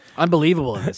Unbelievable